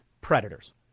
predators